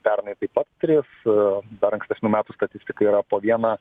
pernai taip pat tris dar ankstesnių metų statistika yra po vieną